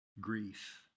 grief